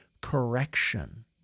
correction